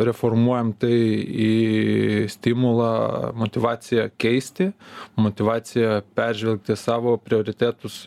reformuojam tai į stimulą motyvaciją keisti motyvaciją peržvelgti savo prioritetus